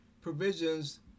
provisions